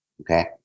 Okay